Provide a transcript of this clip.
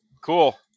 cool